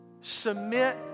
Submit